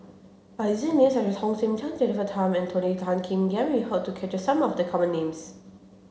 by names such as Hong Sek Chern Jennifer Tham and Tony Tan Keng Yam we hope to capture some of the common names